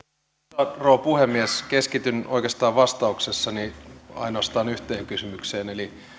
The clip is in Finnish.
arvoisa rouva puhemies keskityn vastauksessani oikeastaan ainoastaan yhteen kysymykseen eli